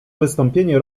wystąpienie